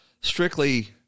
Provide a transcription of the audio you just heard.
strictly